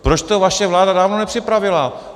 Proč to vaše vláda dávno nepřipravila?